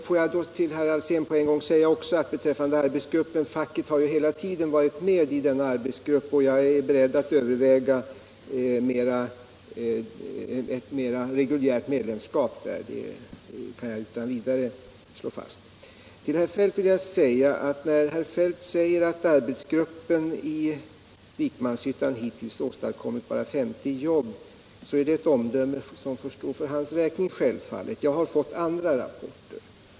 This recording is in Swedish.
Får jag också på en gång säga till herr Alsén beträffande arbetsgruppen: Facket har hela tiden varit med i denna arbetsgrupp, och jag är beredd att överväga ett mer reguljärt deltagande där — det kan jag utan vidare slå fast. När herr Feldt säger att arbetsgruppen hittills åstadkommit bara 50 jobb i Vikmanshyttan så är det självfallet ett omdöme som får stå för hans räkning. Jag har fått andra rapporter.